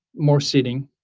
more sitting,